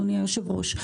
אדוני היושב-ראש.